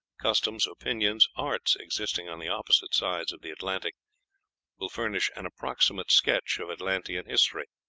customs, opinions, arts existing on the opposite sides of the atlantic will furnish an approximate sketch of atlantean history.